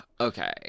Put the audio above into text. Okay